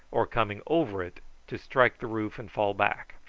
or coming over it to strike the roof and fall back.